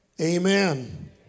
amen